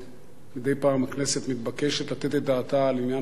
מדי פעם הכנסת מתבקשת לתת את דעתה על עניין